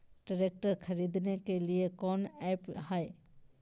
Tractor खरीदने के लिए कौन ऐप्स हाय?